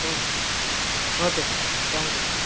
okay okay sir thank you sir